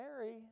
Mary